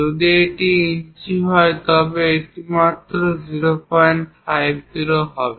যদি এটি ইঞ্চি হয় তবে এটি হবে মাত্র 050 হবে